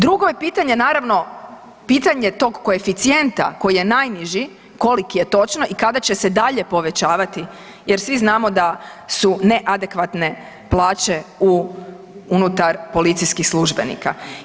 Drugo je pitanje naravno pitanje tog koeficijenta koji je najniži, koliki je točno i kada će se dalje povećavati jer svi znamo da su neadekvatne plaće unutar policijskih službenika?